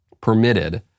permitted